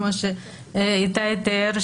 כמו שאיתי תיאר,